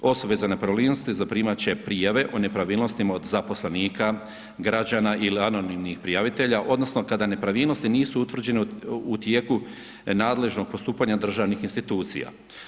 Osobe za nepravilnosti zaprimati će prijave o nepravilnostima od zaposlenika, građana ili anonimnih prijavitelja, odnosno kada nepravilnosti nisu utvrđene u tijeku nadležnog postupanja državnih institucija.